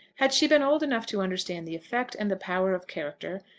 had she been old enough to understand the effect and the power of character,